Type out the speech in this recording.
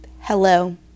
Hello